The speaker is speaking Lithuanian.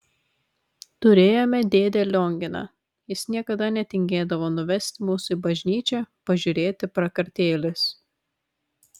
turėjome dėdę lionginą jis niekada netingėdavo nuvesti mūsų į bažnyčią pažiūrėti prakartėlės